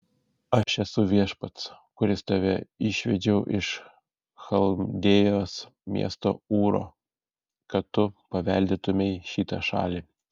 aš esu viešpats kuris tave išvedžiau iš chaldėjos miesto ūro kad tu paveldėtumei šitą šalį